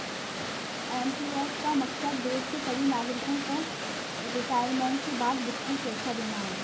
NPS का मकसद देश के सभी नागरिकों को रिटायरमेंट के बाद वित्तीय सुरक्षा देना है